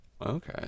Okay